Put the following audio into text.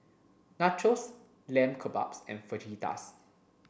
Nachos Lamb Kebabs and Fajitas